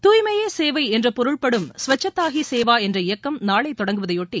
தூய்மையே சேவை என்ற பொருள்படும் ஸ்வச்சதாஹி சேவா என்ற இயக்கம் நாளை தொடங்குவதையொட்டி